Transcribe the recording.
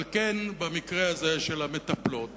על כן, במקרה הזה של המטפלות